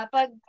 Pag